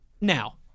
now